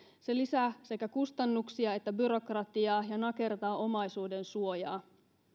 se lisää sekä kustannuksia että byrokratiaa ja nakertaa omaisuudensuojaa